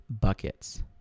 buckets